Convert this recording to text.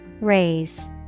Raise